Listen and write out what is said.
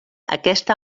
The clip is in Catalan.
aquesta